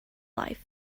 life